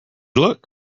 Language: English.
look